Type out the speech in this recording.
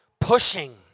pushing